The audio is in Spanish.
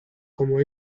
como